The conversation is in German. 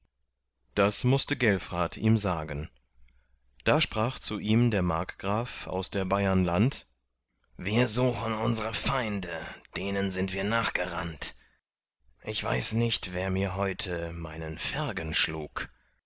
das mußte gelfrat ihm sagen da sprach zu ihm der markgraf aus der bayern land wir suchen unsre feinde denen sind wir nachgerannt ich weiß nicht wer mir heute meinen fergen schlug